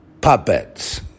puppets